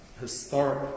historic